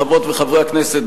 חברות וחברי הכנסת,